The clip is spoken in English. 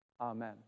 Amen